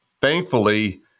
thankfully